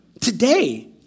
Today